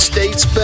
States